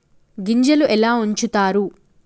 గింజలు ఎలా ఉంచుతారు?